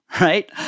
right